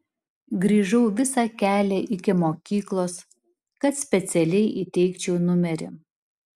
grįžau visą kelią iki mokyklos kad specialiai įteikčiau numerį